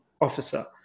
officer